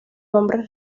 nombre